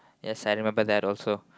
yes I remember that also